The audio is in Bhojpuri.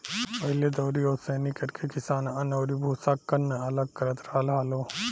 पहिले दउरी ओसौनि करके किसान अन्न अउरी भूसा, कन्न अलग करत रहल हालो